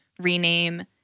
rename